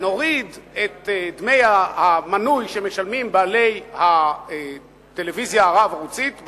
נוריד את דמי המנוי שמשלמים בעלי הטלוויזיה הרב-ערוצית,